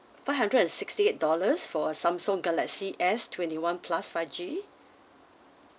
five hundred and sixty-eight dollars for a Samsung galaxy S twenty-one plus five G